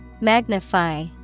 Magnify